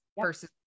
versus